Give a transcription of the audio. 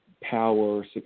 power